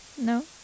No